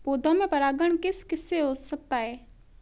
पौधों में परागण किस किससे हो सकता है?